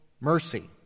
mercy